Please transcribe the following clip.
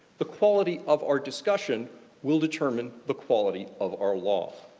the quality of our discussion will determine the quality of our law.